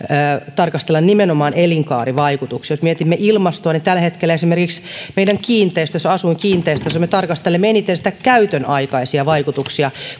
tarkastella nimenomaan elinkaarivaikutuksia jos mietimme ilmastoa niin tällä hetkellä esimerkiksi meidän asuinkiinteistöissä me tarkastelemme eniten käytön aikaisia vaikutuksia